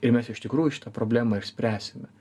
ir mes iš tikrųjų šitą problemą išspręsime